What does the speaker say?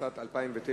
התשס"ט 2009,